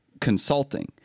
consulting